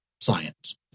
science